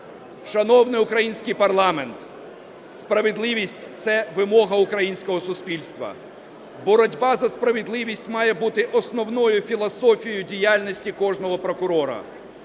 Шановний український парламент, справедливість – це вимога українського суспільства. Боротьба за справедливість має бути основною філософією діяльності кожного прокурора.